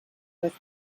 with